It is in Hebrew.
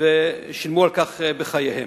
ושילמו על כך בחייהם.